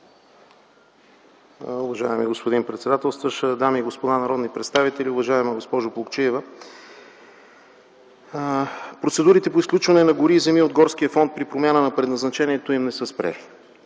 Уважаеми господин председателстващ, дами и господа народни представители, уважаема госпожо Плугчиева! Процедурите по изключване на гори и земи от горския фонд при промяна на предназначението им не са спрени.